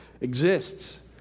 exists